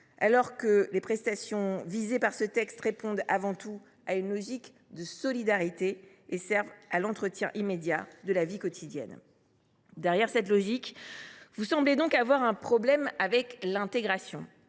quand les prestations visées par ce texte répondent avant tout à une logique de solidarité et servent à l’entretien immédiat de la vie quotidienne. Vous semblez donc avoir un problème avec l’intégration.